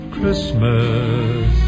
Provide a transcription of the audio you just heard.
Christmas